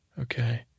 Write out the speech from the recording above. okay